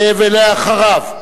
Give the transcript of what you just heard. ואחריו,